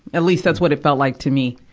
at least, that's what it felt like to me.